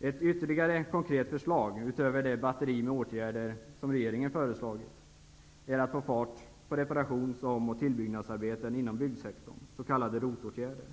Ytterligare ett konkret förslag utöver det batteri av åtgärder regeringen föreslagit är att få fart på reparations-, ombyggnads och tillbyggnadsarbeten inom byggsektorn, s.k. ROT-åtgärder.